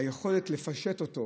היכולת לפשט אותו